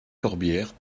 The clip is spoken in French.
corbière